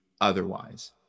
otherwise